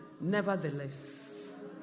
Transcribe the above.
Nevertheless